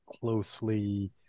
closely